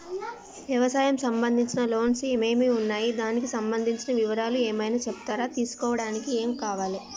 వ్యవసాయం సంబంధించిన లోన్స్ ఏమేమి ఉన్నాయి దానికి సంబంధించిన వివరాలు ఏమైనా చెప్తారా తీసుకోవడానికి ఏమేం కావాలి?